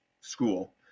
School